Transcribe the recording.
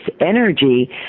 energy